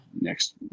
next